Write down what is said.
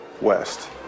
West